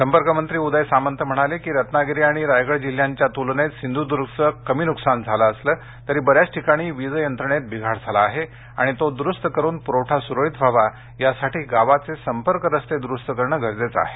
संपर्क मंत्री उदय सामंत म्हणाले रत्नागिरी आणि रायगड जिल्ह्यांच्या तुलनेत सिंधुद्र्गचे कमी नुकसान झाले असले तरी बऱ्याच ठिकाणी वीज यंत्रणेत बिघाड झाला आहे आणि तो दुरुस्त करून पुरवठा सुरळीत व्हावा यासाठी गावांचे संपर्क रस्ते दुरुस्त करणे गरजेचे आहे